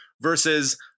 versus